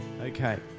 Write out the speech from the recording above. Okay